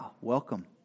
welcome